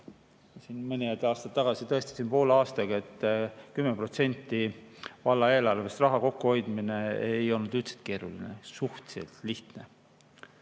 Mõned aastad tagasi tõestasin poole aastaga, et 10% valla eelarvest raha kokku hoida ei ole üldse keeruline, see on suhteliselt lihtne.